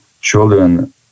Children